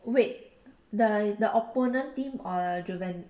wait the the opponent team or juven~